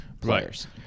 players